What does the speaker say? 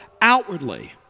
outwardly